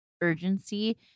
urgency